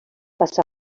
passà